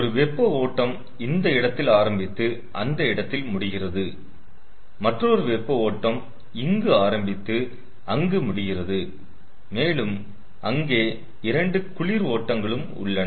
ஒரு வெப்ப ஓட்டம் இந்த இடத்தில் ஆரம்பித்து அந்த இடத்தில் முடிகிறது மற்றொரு வெப்ப ஓட்டம் இங்கு ஆரம்பித்தது அங்கு முடிகிறது மேலும் அங்கே 2 குளிர் ஓட்டங்களும் உள்ளன